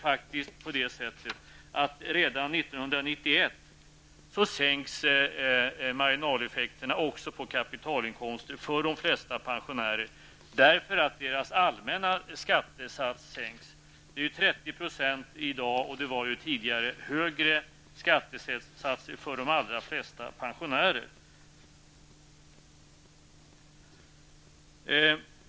Redan under 1991 sänks marginaleffekterna också på kapitalinkomster för de flesta pensionärer. Det beror på att deras allmänna skattesats sänks. Den är 30 % i dag. Det var tidigare högre skattesatser för de allra flesta pensionärerna.